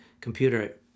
computer